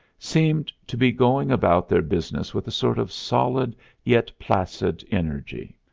seemed to be going about their business with a sort of solid yet placid energy,